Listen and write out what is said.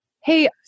hey